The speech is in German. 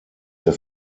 der